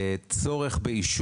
כבר הגישו פה בקשות מקלט שנדחו,